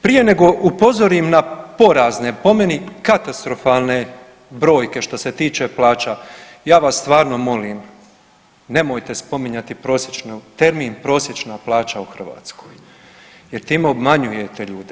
Prije nego upozorim na porazne po meni katastrofalne brojke što se tiče plaća, ja vas stvarno molim, nemojte spominjati prosječnu, termin „prosječna plaća u Hrvatskoj“ jer time obmanjujete ljude.